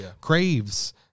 craves